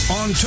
on